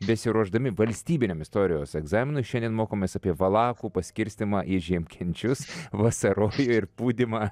besiruošdami valstybiniam istorijos egzaminui šiandien mokomės apie valakų paskirstymą į žiemkenčius vasarojų ir pūdymą